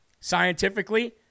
Scientifically